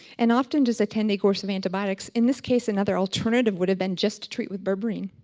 and often just a ten day course of antibiotics, in this case, another alternative would have been just to treat with berberine.